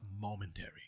momentary